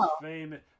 famous